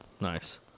Nice